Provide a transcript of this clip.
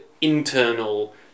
internal